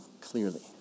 clearly